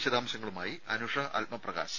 വിശദാംശങ്ങളുമായി അനുഷ ആത്മപ്രകാശ്